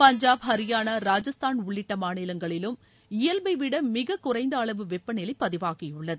பஞ்சாப் ஹரியானா ராஜஸ்தான் உள்ளிட்ட மாநிலங்களிலும் இயல்பை விட மிக குறைந்த அளவு வெப்ப நிலை பதிவாகியுள்ளது